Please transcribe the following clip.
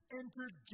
entered